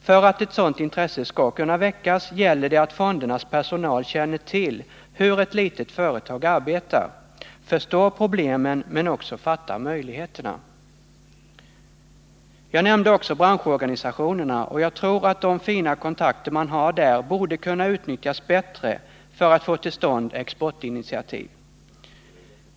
För att ett sådant intresse skall kunna väckas gäller det att fondernas personal känner till hur ett litet företag arbetar, förstår problemen men också fattar möjligheterna. Jag nämnde också branschorganisationerna, och jag tror att de fina kontakter man har där skulle kunna utnyttjas bättre för att få till stånd exportinitiativ.